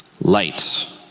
light